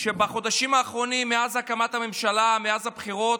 שבחודשים האחרונים, מאז הקמת הממשלה, מאז הבחירות,